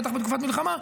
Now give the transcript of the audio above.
בטח בתקופת מלחמה,